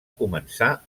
començar